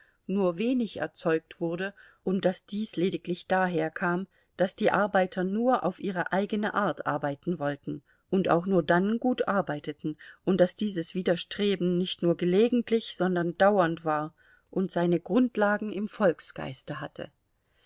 nur wenig erzeugt wurde und daß dies lediglich daher kam daß die arbeiter nur auf ihre eigene art arbeiten wollten und auch nur dann gut arbeiteten und daß dieses widerstreben nicht nur gelegentlich sondern dauernd war und seine grundlagen im volksgeiste hatte